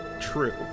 true